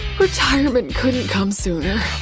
retirement couldn't come sooner.